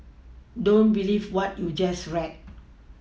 don't believe what you just read